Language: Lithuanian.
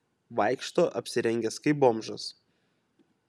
vaikšto apsirengęs kaip bomžas